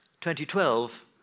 2012